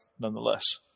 nonetheless